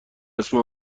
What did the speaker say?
اسم